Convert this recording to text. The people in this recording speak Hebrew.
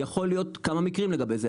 יכול להיות כמה מקרים לגבי זה,